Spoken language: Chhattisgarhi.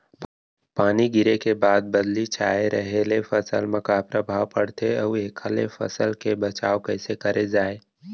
पानी गिरे के बाद बदली छाये रहे ले फसल मा का प्रभाव पड़थे अऊ एखर ले फसल के बचाव कइसे करे जाये?